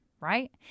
Right